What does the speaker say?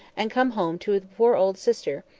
and come home to the poor old sister,